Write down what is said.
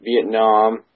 Vietnam